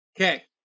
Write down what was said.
Okay